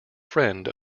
friend